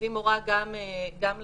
היא מורה גם לצה"ל.